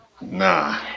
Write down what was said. nah